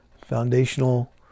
foundational